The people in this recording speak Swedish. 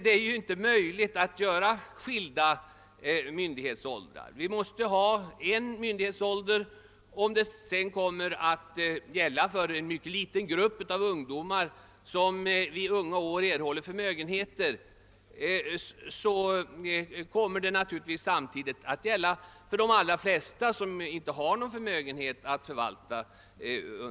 Det är inte möjligt att ha skilda myndighetsåldrar; samma myndighetsålder måste gälla för den mycket lilla grupp av ungdomar som i unga år erhåller förmögenheter som för dem — och det är naturligtvis de allra flesta — som under denna tid inte har någon förmögenhet att förvalta.